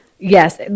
Yes